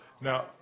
Now